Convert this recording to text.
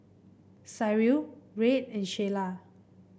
Cyril Reid and Shayla